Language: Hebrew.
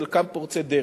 חלקם פורצי דרך,